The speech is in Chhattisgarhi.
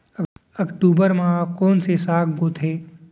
अक्टूबर मा कोन से साग बोथे?